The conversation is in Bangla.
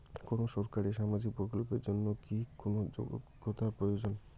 কোনো সরকারি সামাজিক প্রকল্পের জন্য কি কোনো যোগ্যতার প্রয়োজন?